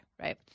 right